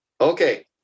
Okay